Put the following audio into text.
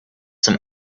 some